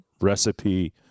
recipe